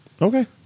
Okay